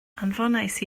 anfonais